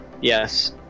Yes